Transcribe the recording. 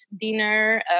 dinner